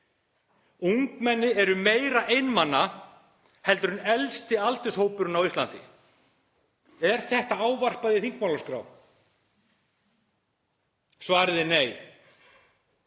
Ungmenni eru meira einmana heldur en elsti aldurshópurinn á Íslandi. Er þetta ávarpað í þingmálaskrá? Svarið er nei.